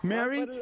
Mary